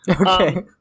Okay